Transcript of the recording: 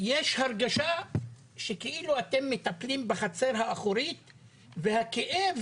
יש הרגשה שכאילו אתם מטפלים בחצר האחורית והכאב